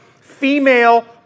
female